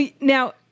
Now